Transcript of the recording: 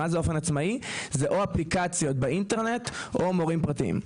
באופן עצמאי זה או אפליקציות באינטרנט או מורים פרטיים.